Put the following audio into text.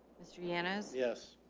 mr yanas. yes.